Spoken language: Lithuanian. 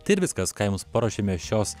tai ir viskas ką jums paruošėme šios